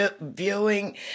viewing